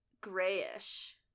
grayish